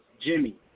Jimmy